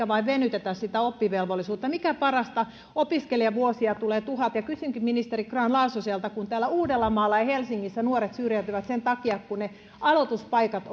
vain venytetä sitä oppivelvollisuutta ja mikä parasta opiskelijavuosia tulee tuhat ja kysynkin ministeri grahn laasoselta kun täällä uudellamaalla ja helsingissä nuoret syrjäytyvät sen takia että ne aloituspaikat